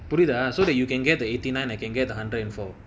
put it ah so that you can get the eighty nine I can get the hundred and four